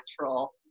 natural